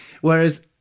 whereas